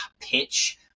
pitch